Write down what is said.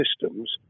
systems